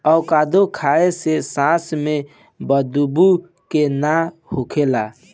avocado खाए से सांस में बदबू के ना होखेला